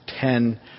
ten